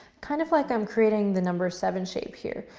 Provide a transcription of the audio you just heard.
kind of like i'm creating the number seven shape here.